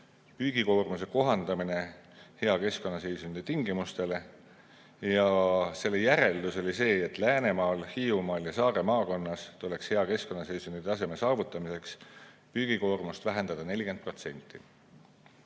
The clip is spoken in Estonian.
"Püügikoormuse kohandamine hea keskkonnaseisundi tingimustele". Selle järeldus oli see, et Läänemaal, Hiiumaal ja Saare maakonnas tuleks hea keskkonnaseisundi taseme saavutamiseks püügikoormust vähendada 40%,